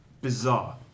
bizarre